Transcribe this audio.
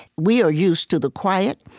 we are used to the quiet,